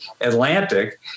Atlantic